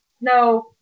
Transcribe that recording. no